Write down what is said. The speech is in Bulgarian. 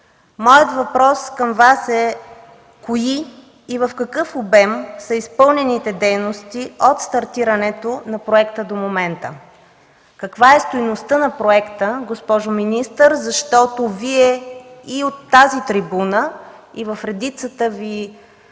Моят въпрос към Вас е: кои и в какъв обем са изпълнените дейности от стартирането на проекта до момента? Каква е стойността на проекта, госпожо министър, защото Вие и от тази трибуна, и в редицата си